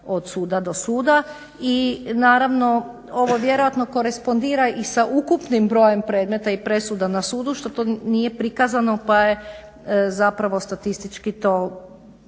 od suda do suda. I naravno ovo vjerojatno korespondira i sa ukupnim brojem predmeta i presuda na sudu što nije prikazano pa je zapravo statistički to